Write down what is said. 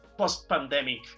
post-pandemic